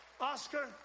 Oscar